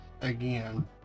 again